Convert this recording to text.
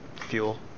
fuel